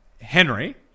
Henry